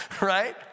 right